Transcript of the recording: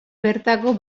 bertako